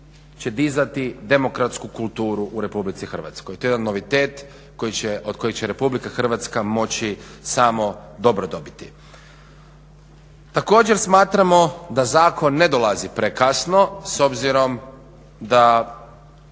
će dizati demokratsku kulturu u RH. to je jedan novitet od kojeg će RH moći samo dobro dobiti. Također smatramo da zakon ne dolazi prekasno, s obzirom da